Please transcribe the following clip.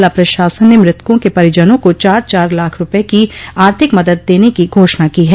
जिला प्रशासन ने मृतकों के परिजनों को चार चार लाख रूपये की आर्थिक मदद देने की घोषणा की है